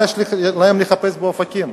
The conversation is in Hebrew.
מה יש להם לחפש באופקים,